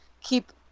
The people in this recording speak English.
keep